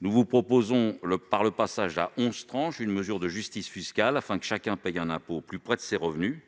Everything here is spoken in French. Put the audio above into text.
Nous vous proposons, en passant à onze tranches, une mesure de justice fiscale, afin que chacun paye un impôt au plus près de ses revenus